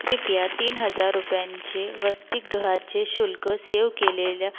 कृपया तीन हजार रुपयांचे वसतिगृहाचे शुल्क सेव्ह केलेल्या